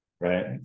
Right